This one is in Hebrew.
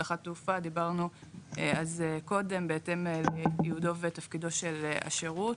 אבטחת תעופה דיברנו על זה קודם בהתאם לייעודו ותפקידו של השירות.